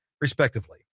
respectively